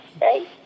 right